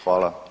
Hvala.